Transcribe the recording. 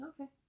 Okay